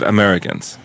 Americans